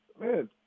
Man